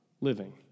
living